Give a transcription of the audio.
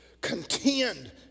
Contend